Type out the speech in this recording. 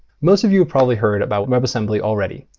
most of you probably heard about webassembly already.